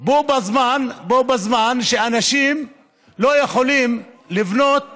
בו-בזמן שאנשים לא יכולים לבנות בית.